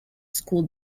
school